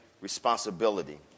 responsibility